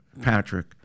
Patrick